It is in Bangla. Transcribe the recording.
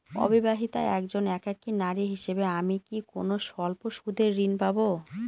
অবিবাহিতা একজন একাকী নারী হিসেবে আমি কি কোনো স্বল্প সুদের ঋণ পাব?